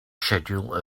schedule